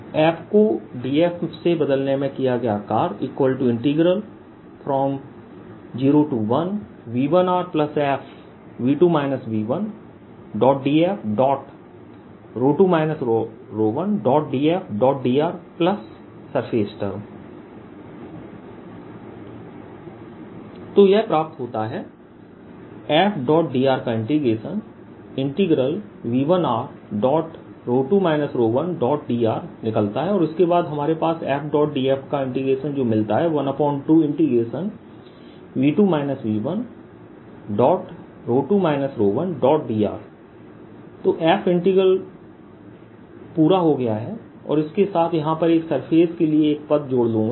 f को df से बदलने में किया गया कार्य 01V1rfV2 V1df2 1dfdr Surface Term तो यह प्राप्त होता है fdr का इंटीग्रेशन V12 1dr निकलता है और इसके बाद हमारे पास fdf का इंटीग्रेशन जो मिलता है 12dr तो एफ इंटीग्रल पूरा हो गया है और इसके साथ यहां एक सरफेस के लिए एक पद जोड़ लूंगा